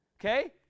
Okay